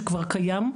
שכבר קיים,